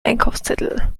einkaufszettel